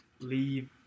leave